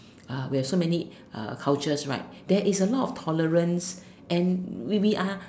uh we are so many uh cultures right there is a lot of tolerance and we we are